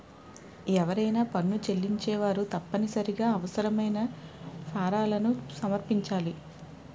ఎవరైనా పన్ను చెల్లించేవారు తప్పనిసరిగా అవసరమైన ఫారాలను సమర్పించాలి